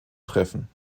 treffen